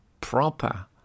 proper